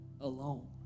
alone